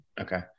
Okay